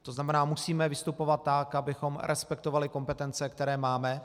To znamená, musíme vystupovat tak, abychom respektovali kompetence, které máme.